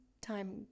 time